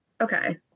okay